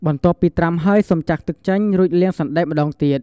បន្ទាប់ពីត្រាំហើយ សូមចាក់ទឹកចេញ រួចលាងសណ្ដែកម្ដងទៀត។